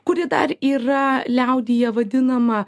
kuri dar yra liaudyje vadinama